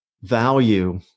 value